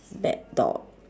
bad dog